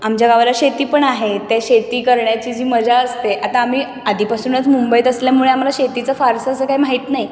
आमच्या गावाला शेती पण आहे ते शेती करण्याची जी मजा असते आता आम्ही आधीपासूनच मुंबईत असल्यामुळे आम्हाला शेतीचं फारसं असं काही माहीत नाही